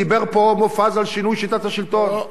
דיבר פה מופז על שינוי שיטת השלטון.